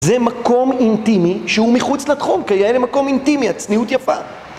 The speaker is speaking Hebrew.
זה מקום אינטימי שהוא מחוץ לתחום, כיאה למקום אינטימי, הצניעות יפה.